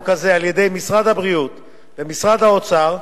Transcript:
הזה על-ידי משרד הבריאות ומשרד האוצר,